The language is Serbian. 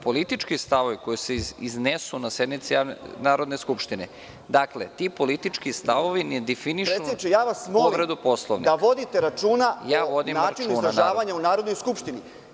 Politički stavovi koji se iznesu na sednice Narodne skupštine, ti politički stavovi ne definišu povredu Poslovnika.) Predsedniče, ja vas molim da vodite računa o načinu izražavanja u Narodnoj skupštini.